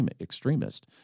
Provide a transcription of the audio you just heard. extremist